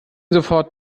sofort